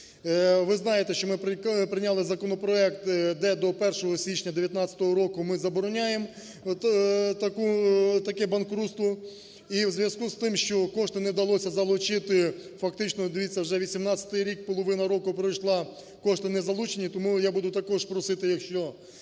Ви знаєте, що ми прийняли законопроект, де до 1 січня 19-го року ми забороняємо таке банкрутство. І в зв'язку з тим, що кошти не вдалося залучити, фактично, дивіться, вже 18-й рік, половина року пройшла, кошти не залучені. Тому я буду також просити, якщо